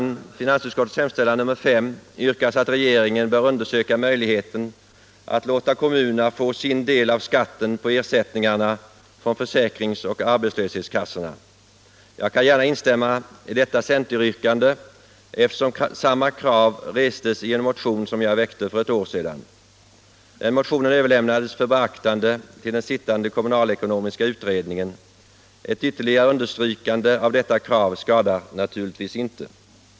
I finansutskottets hemställan under punkten 5 yrkas att regeringen skall undersöka möjligheten att låta kommunerna få sin del av skatten på ersättningarna från försäkringsoch arbetslöshetskassorna. Jag kan gärna instämma i detta centeryrkande, eftersom samma krav restes i en motion som jag väckte för ett år sedan. Den motionen överlämnades för beaktande till den sittande kommunalekonomiska utredningen. Ett ytterligare understrykande av detta krav skadar naturligtvis inte.